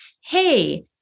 Hey